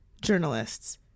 journalists